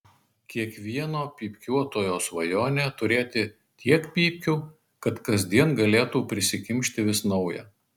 kiekvieno pypkiuotojo svajonė turėti tiek pypkių kad kasdien galėtų prisikimšti vis naują